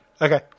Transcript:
Okay